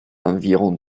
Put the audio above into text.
environ